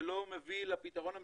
זה לא מביא לפתרון המיוחל,